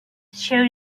show